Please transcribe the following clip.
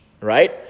right